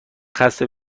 خسته